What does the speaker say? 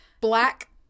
black